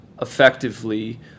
effectively